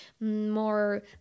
more